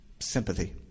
Sympathy